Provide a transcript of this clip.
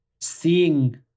seeing